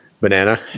Banana